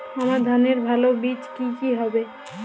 আমান ধানের ভালো বীজ কি কি হবে?